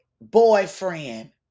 boyfriend